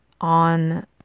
on